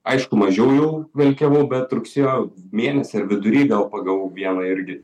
aišku mažiau jau velkiavau bet rugsėjo mėnesio vidury gal pagavau vieną irgi